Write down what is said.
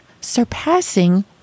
surpassing